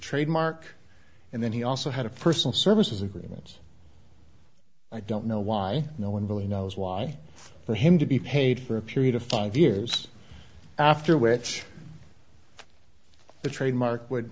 trademark and then he also had a personal services agreement i don't know why no one really knows why for him to be paid for a period of five years after which the trademark would